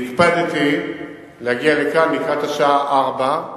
והקפדתי להגיע לכאן לקראת השעה 16:00,